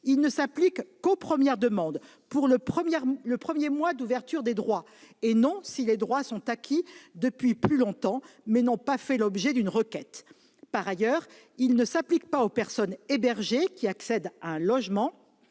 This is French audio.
Il ne s'applique qu'aux premières demandes, pour le premier mois d'ouverture des droits, et non si les droits sont acquis depuis plus longtemps, mais n'ont pas fait l'objet d'une requête. Par ailleurs, il ne s'applique pas aux personnes hébergées qui accèdent à un logement,